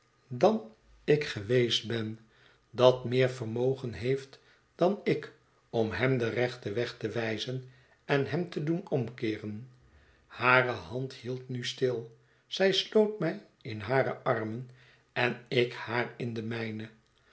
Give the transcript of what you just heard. dan ik geweest ben dat meer vermogen heeft dan ik om hem den rechten wég te wijzen en hem te doen omkeeren hare hand hield nu stil zij sloot mij in hare armen en ik haar in de mijne